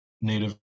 Native